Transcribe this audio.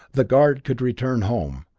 the guard could return home,